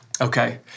Okay